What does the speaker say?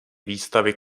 výstavy